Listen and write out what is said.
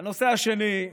והנושא השני,